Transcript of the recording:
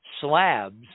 slabs